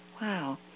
Wow